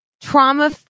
trauma